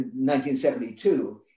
1972